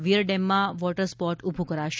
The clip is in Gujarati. વિયર ડેમમાં વોટર સ્પોટ ઊભું કરાશે